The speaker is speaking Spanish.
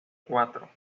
cuatro